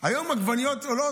היום עגבניות עולות